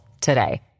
today